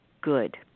good